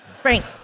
Frank